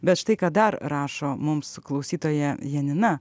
bet štai ką dar rašo mums klausytoja janina